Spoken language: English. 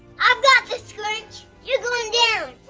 i've got this grinch! you're going down!